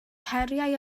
heriau